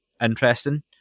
interesting